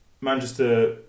Manchester